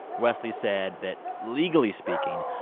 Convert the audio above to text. wesley said that, legally speaking,